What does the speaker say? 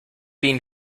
been